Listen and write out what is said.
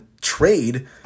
trade